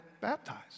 baptized